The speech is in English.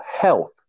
health